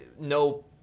no